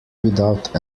without